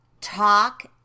Talk